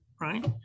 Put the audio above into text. right